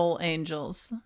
angels